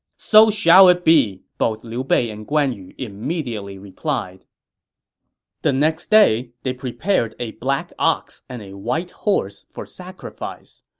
so shall it be! both liu bei and guan yu immediately replied the next day they prepared a black ox and a white horse for sacrifice.